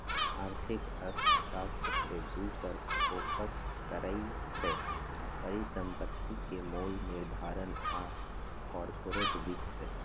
आर्थिक अर्थशास्त्र में दू पर फोकस करइ छै, परिसंपत्ति के मोल निर्धारण आऽ कारपोरेट वित्त